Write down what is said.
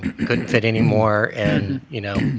couldn't fit any more. and, you know,